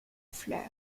fleurs